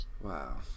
Wow